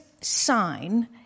sign